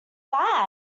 that